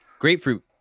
grapefruit